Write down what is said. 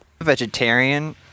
Vegetarian